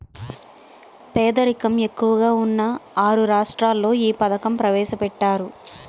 పేదరికం ఎక్కువగా ఉన్న ఆరు రాష్ట్రాల్లో ఈ పథకం ప్రవేశపెట్టారు